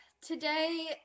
today